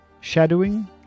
shadowing